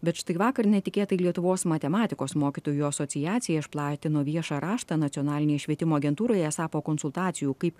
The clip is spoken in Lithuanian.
bet štai vakar netikėtai lietuvos matematikos mokytojų asociacija išplatino viešą raštą nacionalinei švietimo agentūrai esą po konsultacijų kaip